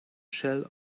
shell